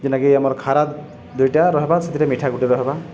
ଯେନ୍କି ଆମର ଖାରା ଦୁଇଟା ରହିବା ସେଥିରେ ମିଠା ଗୁଟେ ରହିବା